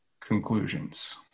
conclusions